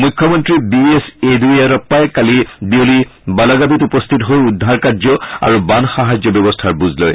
মুখ্যমন্ত্ৰী B S য়েডুযুৰাপ্পাই কালি বিয়লি বালাগাভিত উপস্থিত হৈ উদ্ধাৰ কাৰ্য অৰু বান সাহায্য ব্যৱস্থাৰ বুজ লয়